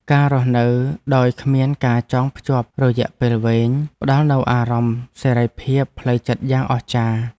ការរស់នៅដោយគ្មានការចងភ្ជាប់រយៈពេលវែង ផ្តល់នូវអារម្មណ៍សេរីភាពផ្លូវចិត្តយ៉ាងអស្ចារ្យ។